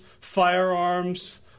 firearms